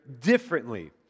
differently